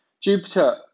Jupiter